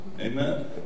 amen